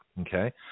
Okay